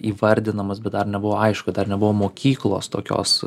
įvardinamas bet dar nebuvo aišku dar nebuvo mokyklos tokios